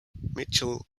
mitchell